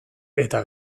eta